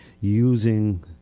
using